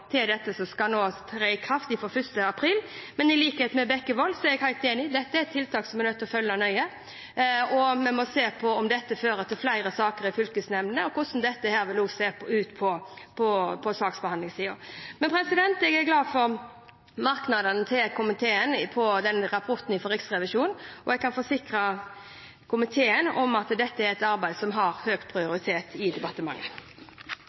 dette, som nå skal tre i kraft fra 1. april. Jeg er helt enig med representanten Bekkevold i at dette er et tiltak som vi er nødt til å følge nøye, og vi må se på om dette fører til flere saker i fylkesnemndene og hvordan dette vil se ut på saksbehandlingssida. Jeg er glad for komiteens merknader når det gjelder rapporten fra Riksrevisjonen, og jeg kan forsikre komiteen om at dette er et arbeid som har høy prioritet i departementet.